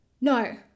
no